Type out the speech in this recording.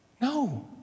No